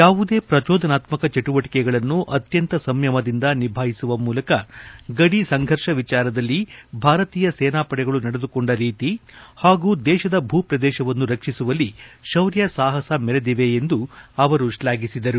ಯಾವುದೇ ಪ್ರಜೋದನಾತ್ಸಾಕ ಚಟುವಚಿಗಳನ್ನು ಅಂತ್ಯಂತ ಸಂಯಮದಿಂದ ನಿಭಾಯಿಸುವ ಮೂಲಕ ಗಡಿ ಸಂಘರ್ಷ ಎಚಾರದಲ್ಲಿ ಭಾರತೀಯ ಸೇನಾಪಡೆಗಳು ನಡೆದುಕೊಂಡ ರೀತಿ ಪಾಗೂ ದೇಶದ ಭೂ ಪ್ರದೇಶವನ್ನು ರಕ್ಷಿಸುವಲ್ಲಿ ಶೌರ್ಯ ಸಾಪಸ ಮೆರೆದಿದ್ದಾರೆ ಎಂದು ಅವರು ಶ್ನಾಫಿಸಿದರು